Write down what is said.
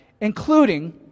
including